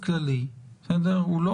כלומר, הסוד הזה יתגלה, רק עם עוד